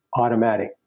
automatic